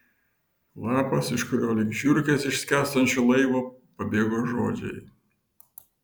lapas iš kurio lyg žiurkės iš skęstančio laivo pabėgo žodžiai